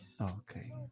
Okay